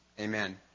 Amen